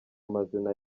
amazina